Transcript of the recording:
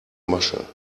masche